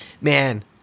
Man